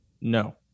No